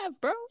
bro